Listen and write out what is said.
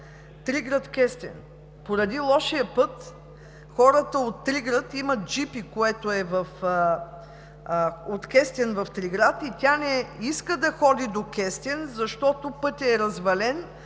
Триград – Кестен. Поради лошия път хората от Триград имат джипи, което е от Кестен в Триград, и тя не иска да ходи до Кестен, защото пътят е развален